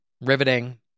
riveting